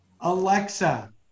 Alexa